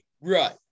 right